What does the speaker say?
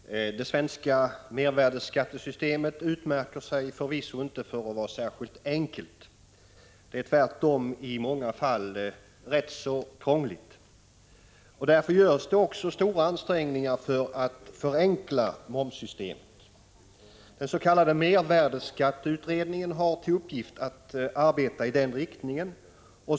Herr talman! Det svenska mervärdeskattesystemet utmärker sig förvisso inte för att vara särskilt enkelt. Det är tvärtom i många fall rätt krångligt. Det görs därför stora ansträngningar för att förenkla momssystemet. Den s.k. mervärdeskatteutredningen har till uppgift att arbeta i den riktningen.